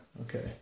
Okay